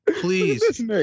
Please